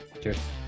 Cheers